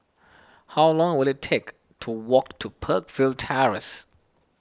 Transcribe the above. how long will it take to walk to Peakville Terrace